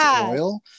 Oil